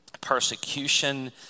persecution